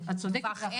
את צודקת.